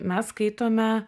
mes skaitome